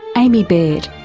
aimee baird.